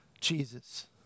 Jesus